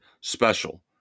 special